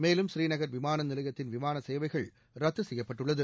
மேலும் ஸ்ரீநகர் விமான நிலையத்தின் விமான சேவைகள் ரத்து செய்யப்பட்டுள்ளது